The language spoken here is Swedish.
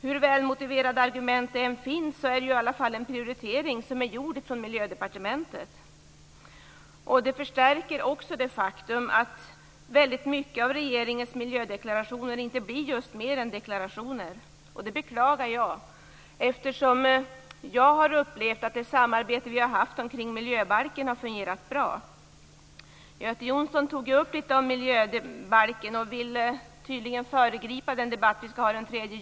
Hur väl motiverade argument det än finns, är det i alla fall en prioritering som är gjord från Miljödepartementet. Det förstärker också det faktum att väldigt mycket av regeringens miljödeklarationer inte blir just mer än deklarationer. Det beklagar jag, eftersom jag har upplevt att det samarbete som vi haft om miljöbalken har fungerat bra. Göte Jonsson tog ju upp litet grand om miljöbalken och ville tydligen föregripa den debatt som vi skall ha den 3 juni.